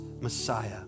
Messiah